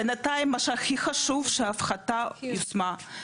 בינתיים מה שהכי חשוב שההפחתה יושמה,